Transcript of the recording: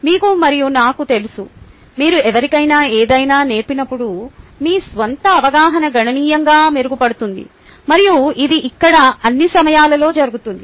మీకు మరియు నాకు తెలుసు మీరు ఎవరికైనా ఏదైనా నేర్పినప్పుడు మీ స్వంత అవగాహన గణనీయంగా మెరుగుపడుతుంది మరియు ఇది ఇక్కడ అన్ని సమయాలలో జరుగుతుంది